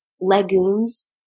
legumes